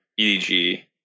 EDG